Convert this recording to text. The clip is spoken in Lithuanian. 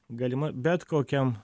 galima bet kokiam